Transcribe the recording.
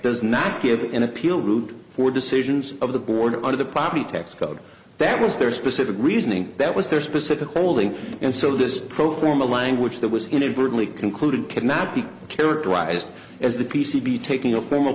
does not give an appeal route for decisions of the border under the property tax code that was their specific reasoning that was their specific holding and so this pro forma language that was inadvertently concluded cannot be characterized as the p c b taking a form